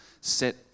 set